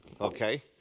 Okay